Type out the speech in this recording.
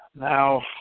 Now